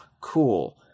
Cool